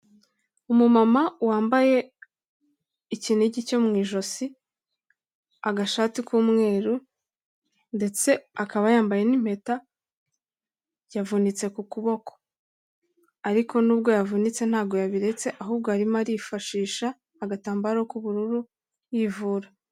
Umumama wambaye ikinigi cyo mu ijosi, agashati k'umweru ndetse akaba yambaye n'impeta yavunitse ku kuboko, ariko nubwo yavunitse ntago yabiretse ahubwo arimo arifashisha agatambaro k'ubururu yivura.